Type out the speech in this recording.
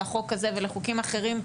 לחוק הזה ולחוקים אחרים,